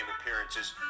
appearances